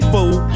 Fool